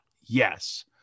yes